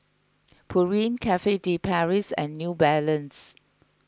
Pureen Cafe De Paris and New Balance